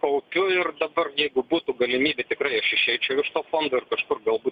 kaupiu ir dabar jeigu būtų galimybė tikrai aš išeičiau iš to fondo ir kažkur galbūt